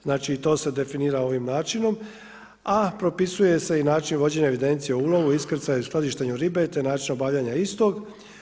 Znači i to se definira ovim načinom, a propisuje se i način vođenja evidencije o ulovu, iskrcaj u skladištenju ribe, te način obavljanja istog.